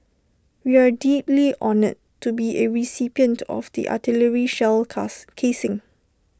we are deeply honoured to be A recipient of the artillery shell cars casing